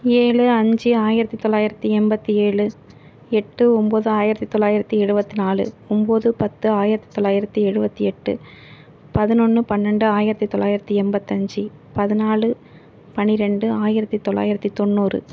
ஏழு அஞ்சு ஆயிரத்து தொள்ளாயிரத்து எண்பத்தி ஏழு எட்டு ஒம்பது ஆயிரத்து தொள்ளாயிரத்து எழுபத்தி நாலு ஒம்பது பத்து ஆயிரத்து தொள்ளாயிரத்து எழுபத்தி எட்டு பதினொன்று பன்னெண்டு ஆயிரத்து தொள்ளாயிரத்து எண்பத்தஞ்சு பதினாலு பன்னிரெண்டு ஆயிரத்து தொள்ளாயிரத்து தொண்ணூறு